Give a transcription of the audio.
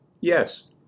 Yes